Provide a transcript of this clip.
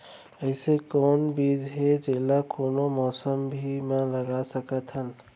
अइसे कौन बीज हे, जेला कोनो मौसम भी मा लगा सकत हन?